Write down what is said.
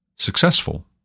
successful